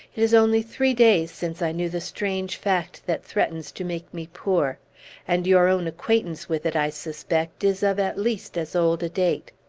it is only three days since i knew the strange fact that threatens to make me poor and your own acquaintance with it, i suspect, is of at least as old a date.